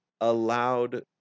allowed